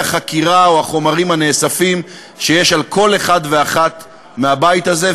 החקירה או החומרים הנאספים שיש על כל אחד ואחת מהבית הזה,